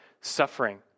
suffering